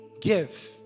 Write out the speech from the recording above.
give